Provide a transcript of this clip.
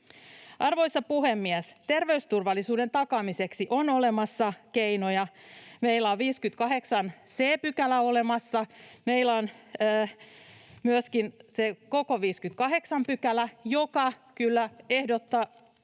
Arvoisa puhemies! Terveysturvallisuuden takaamiseksi on olemassa keinoja. Meillä on 58 c § olemassa, ja meillä on myöskin se koko 58 §. Ehdottaisin ja ehdotamme